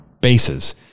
bases